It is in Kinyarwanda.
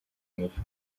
ngufu